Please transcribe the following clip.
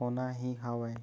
होना ही हवय